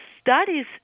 studies